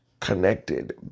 connected